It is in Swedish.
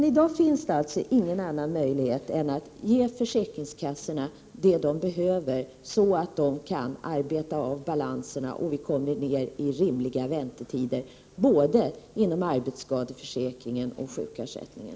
I dag finns det alltså ingen annan möjlighet än att ge försäkringskassorna det de behöver, så att de kan arbeta av balanserna och vi kommer ned i rimliga väntetider när det gäller både arbetsskadeförsäkringen och sjukersättningen.